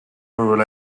rural